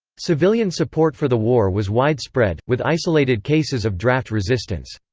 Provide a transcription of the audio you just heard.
civilian support for the war was widespread, with isolated cases of draft resistance.